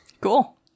Cool